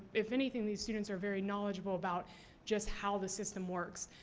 if anything, these students are very knowledgeable about just how the system works,